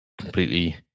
completely